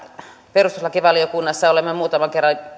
perustuslakivaliokunnassa olemme muutaman kerran